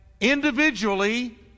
individually